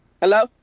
Hello